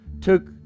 took